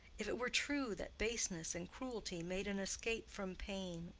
if it were true that baseness and cruelty made an escape from pain,